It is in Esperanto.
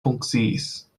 funkciis